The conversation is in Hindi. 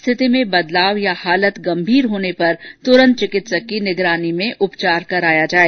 स्थिति में बदलाव या हालत गम्भीर होने पर तुरन्त चिकित्सक की निगरानी में उपचार कराया जाए